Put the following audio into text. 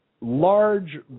large